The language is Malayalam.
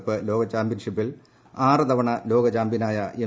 കപ്പ് ലോകചാമ്പ്യൻ ഷിപ്പിൽ ആറ് തവണ ലോക ചാമ്പ്യനായ എം